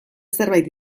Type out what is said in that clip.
zerbait